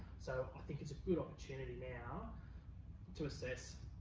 so i think it's a good opportunity now to assess,